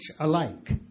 alike